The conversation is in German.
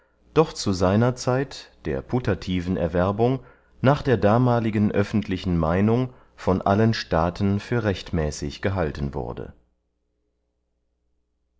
doch zu seiner zeit der putativen erwerbung nach der damaligen öffentlichen meynung von allen staaten für rechtmäßig gehalten wurde